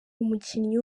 umukinnyi